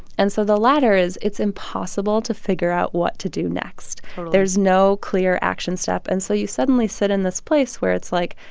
and so the latter is it's impossible to figure out what to do next totally there's no clear action step. and so you suddenly sit in this place where it's like,